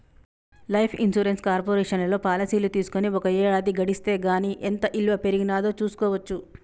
life insurance కార్పొరేషన్లో పాలసీలు తీసుకొని ఒక ఏడాది గడిస్తే గానీ ఎంత ఇలువ పెరిగినాదో చూస్కోవచ్చు